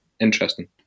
interesting